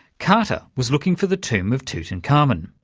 carter was looking for the tomb of tutankhamen.